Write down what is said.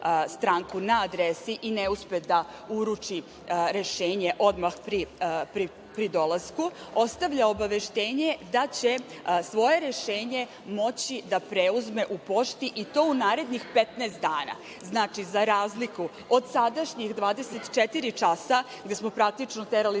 na adresi i ne uspe da uruči rešenje odmah pri dolasku, ostavlja obaveštenje da će svoje rešenje moći da preuzme u pošti i to u narednih 15 dana. Znači, za razliku od sadašnjih 24 časa, gde smo praktično terali